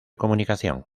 comunicación